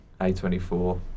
A24